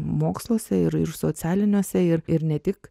moksluose ir socialiniuose ir ir ne tik